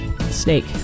Snake